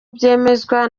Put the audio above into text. byemezwa